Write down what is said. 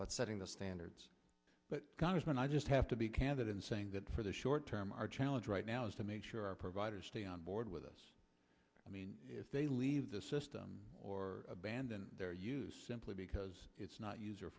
but setting the standards but congressman i just have to be candid in saying that for the short term our challenge right now is to make sure our providers stay on board with us i mean if they leave the system or abandon their use simply because it's not user